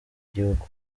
igihugu